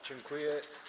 Dziękuję.